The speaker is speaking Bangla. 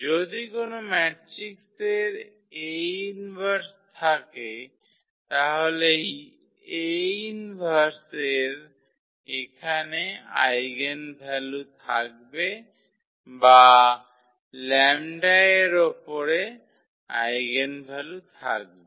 যদি কোন ম্যাট্রিক্স এর A 1 থাকে তাহলে এই A 1 এর এখানে আইগেনভ্যালু থাকবে বা λ এর ওপরে আইগেনভ্যালু থাকবে